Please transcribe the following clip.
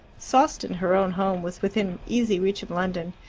sawston, her own home, was within easy reach of london,